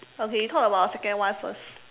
okay we talk about our second one first